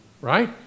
right